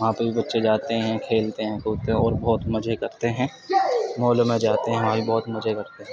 وہاں پہ بھی بچے جاتے ہیں کھیلتے ہیں کودتے ہیں اور بہت مزے کرتے ہیں مالوں میں جاتے ہیں اور بہت مزے کرتے ہیں